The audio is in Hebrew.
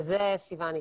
לזה סיון התייחס.